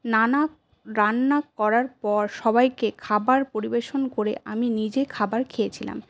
নানা রান্না করার পর সবাইকে খাবার পরিবেশন করে আমি নিজে খাবার খেয়েছিলাম